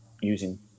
using